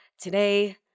Today